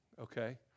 Okay